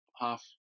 half